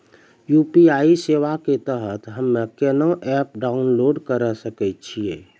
UPI सेवा के तहत हम्मे केना एप्प डाउनलोड करे सकय छियै?